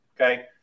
Okay